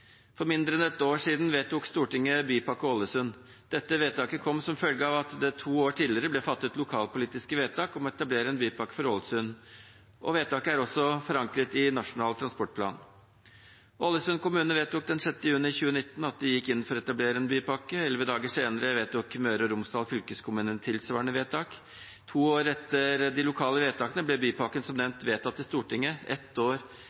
For mindre enn et år siden vedtok Stortinget Bypakke Ålesund. Dette vedtaket kom som følge av at det to år tidligere ble fattet lokalpolitiske vedtak om å etablere en bypakke for Ålesund, og vedtaket er også forankret i Nasjonal transportplan. Ålesund kommune vedtok den 6. juni 2019 at de gikk inn for å etablere en bypakke, og elleve dager senere fattet Møre og Romsdal fylkeskommune tilsvarende vedtak. To år etter de lokale vedtakene ble bypakken som nevnt vedtatt i Stortinget. Ett år